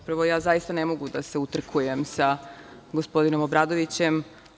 Prvo, ja ne mogu da se utrkujem sa gospodinom Obradovićem.